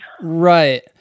Right